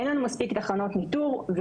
אין לנו מספיק תחנות ניטור.